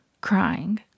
crying